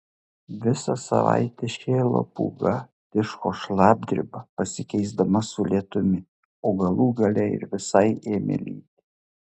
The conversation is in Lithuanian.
visą savaitę šėlo pūga tiško šlapdriba pasikeisdama su lietumi o galų gale ir visai ėmė lyti